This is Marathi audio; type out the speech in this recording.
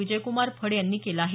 विजयक्मार फड यांनी केलं आहे